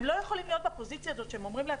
הם לא יכולים להיות בפוזיציה שבה הם אומרים לעצמם: